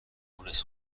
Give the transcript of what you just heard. مونس